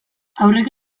aurreko